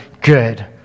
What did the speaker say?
good